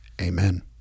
Amen